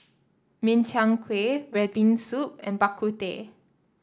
Min Chiang Kueh red bean soup and Bak Kut Teh